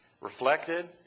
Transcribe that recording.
reflected